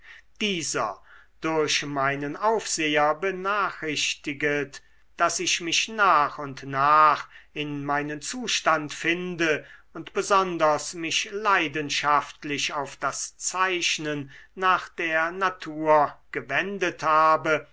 dieser durch meinen aufseher benachrichtiget daß ich mich nach und nach in meinen zustand finde und besonders mich leidenschaftlich auf das zeichnen nach der natur gewendet habe